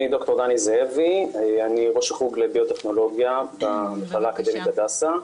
אני ראש החוג לביוטכנולוגיה במכללה האקדמית הדסה,